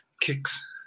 kicks